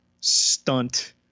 stunt